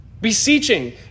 beseeching